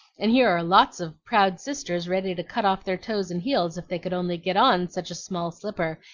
and here are lots of proud sisters ready to cut off their toes and heels if they could only get on such a small slipper,